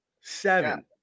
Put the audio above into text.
Seven